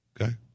Okay